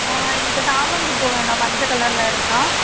ஆ எனக்கு சாமந்தி பூ வேணும் மஞ்ச கலரில் இருக்கா